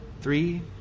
three